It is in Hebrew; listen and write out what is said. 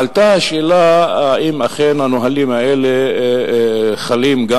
עלתה השאלה האם אכן הנהלים האלה חלים גם